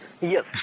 Yes